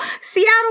Seattle